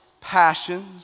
passions